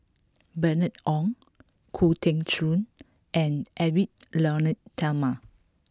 Bernice Ong Khoo Teng Soon and Edwy Lyonet Talma